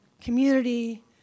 community